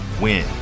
win